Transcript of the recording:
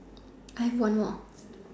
I have one more